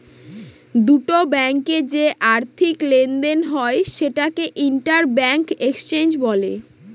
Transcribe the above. দুটো ব্যাঙ্কে যে আর্থিক লেনদেন হয় সেটাকে ইন্টার ব্যাঙ্ক এক্সচেঞ্জ বলে